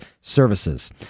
services